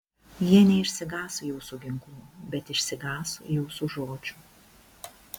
jie neišsigąs jūsų ginklų bet išsigąs jūsų žodžių